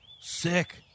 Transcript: Sick